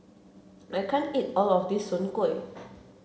I can't eat all of this Soon Kueh